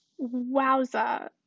Wowza